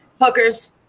Hookers